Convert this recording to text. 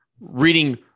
reading